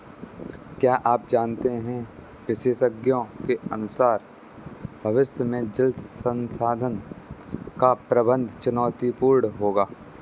क्या आप जानते है विशेषज्ञों के अनुसार भविष्य में जल संसाधन का प्रबंधन चुनौतीपूर्ण होगा